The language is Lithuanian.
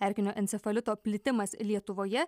erkinio encefalito plitimas lietuvoje